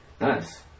Nice